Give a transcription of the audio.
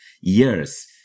years